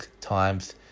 times